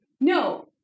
No